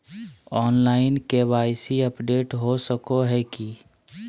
Online KYC update हो सको है की?